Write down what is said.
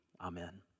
Amen